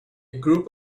group